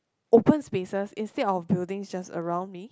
open spaces instead of buildings just around me